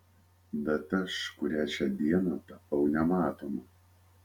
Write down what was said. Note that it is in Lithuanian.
bet aš kurią čia dieną tapau nematoma